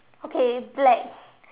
okay black